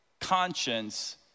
conscience